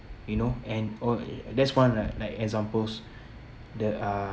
you know and oh that's one like like examples the uh~